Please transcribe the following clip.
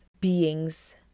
beings